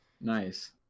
Nice